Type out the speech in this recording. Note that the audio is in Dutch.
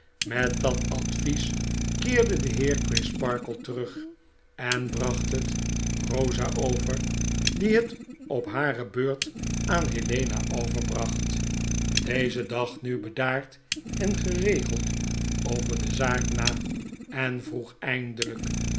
met dat advies keerde de heer crisparkle terug en bracht het rosa over die het op hare beurt aan helena overbracht deze dacht nu bedaard en geregeld over de zaak na en vroeg eindelyk